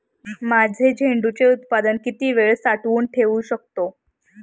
माझे झेंडूचे उत्पादन किती वेळ साठवून ठेवू शकतो?